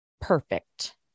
perfect